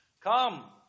Come